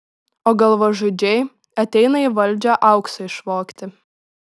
o galvažudžiai ateina į valdžią aukso išvogti